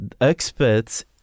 experts